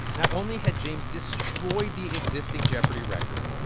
not only had james destroyed the existing jeopardy! record,